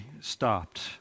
stopped